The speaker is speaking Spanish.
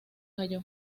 cayó